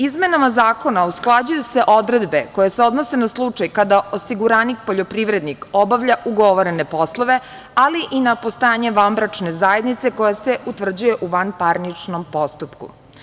Izmenama zakona usklađuju se odredbe koje se odnose na slučaj kada osiguranik poljoprivrednik obavlja ugovorene poslove, ali i na postojanje vanbračne zajednice koje se utvrđuje u vanparničkom postupku.